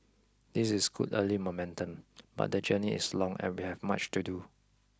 this is good early momentum but the journey is long and we have much to do